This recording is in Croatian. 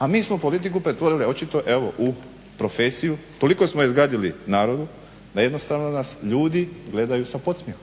A mi smo politiku pretvorili očito evo u profesiju, toliko smo je zgadili narodu da jednostavno nas ljudi gledaju sa podsmjehom.